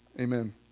amen